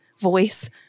voice